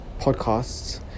podcasts